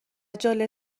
جالب